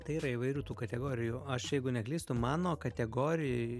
tai yra įvairių tų kategorijų aš jeigu neklystu mano kategorijoj